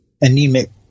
anemic